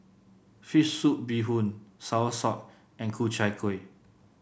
fish soup Bee Hoon soursop and Ku Chai Kuih